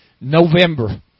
November